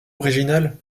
originale